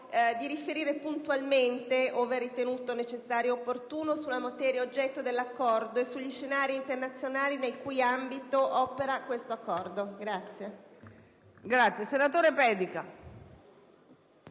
a riferire puntualmente, ove ritenuto necessario ed opportuno, sulla materia oggetto dell'Accordo e sugli scenari internazionali nel cui ambito quest'ultimo opera.